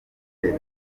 rupfu